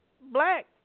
black